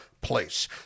place